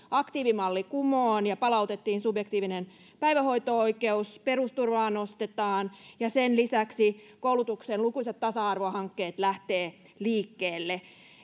aktiivimalli kumoon ja palautettiin subjektiivinen päivähoito oikeus perusturvaa nostetaan ja sen lisäksi koulutuksen lukuisat tasa arvohankkeet lähtevät liikkeelle